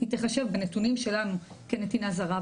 היא תחשב בנתונים שלנו כנתינה זרה,